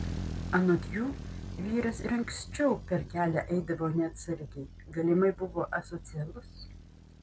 anot jų vyras ir anksčiau per kelią eidavo neatsargiai galimai buvo asocialus